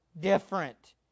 different